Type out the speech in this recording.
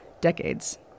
Decades